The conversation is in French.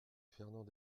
fernand